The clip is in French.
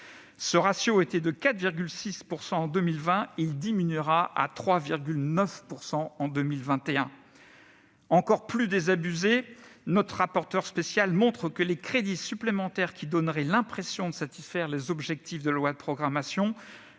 Ce ratio était de 4,6 % en 2020 ; il diminuera à 3,9 % en 2021. Toujours plus désabusé, notre rapporteur spécial montre que les crédits supplémentaires qui donneraient l'impression de satisfaire les objectifs de la loi de programmation